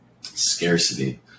scarcity